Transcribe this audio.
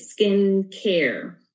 skincare